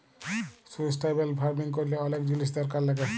sustainable farming ক্যরলে অলেক জিলিস দরকার লাগ্যে